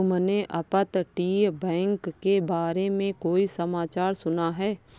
तुमने अपतटीय बैंक के बारे में कोई समाचार सुना है?